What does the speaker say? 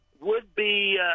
would-be